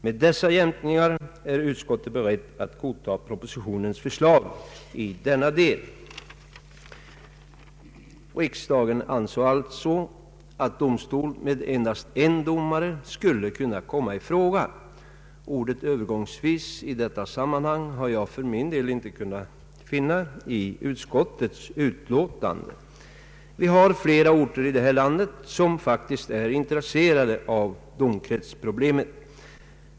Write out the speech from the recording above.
Med dessa jämkningar är utskottet berett att godta propositionens förslag i denna del.” Riksdagen ansåg alltså att domstol med endast en domare skulle kunna komma i fråga. Ordet ”övergångsvis” i detta sammanhang har jag för min del inte kunnat finna i utskottets utlåtande. Det finns flera orter i det här landet där man är intresserad av domkretsproblemet.